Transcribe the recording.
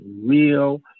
real